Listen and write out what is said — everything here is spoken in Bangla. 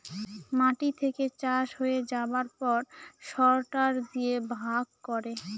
মাটি থেকে চাষ হয়ে যাবার পর সরটার দিয়ে ভাগ করে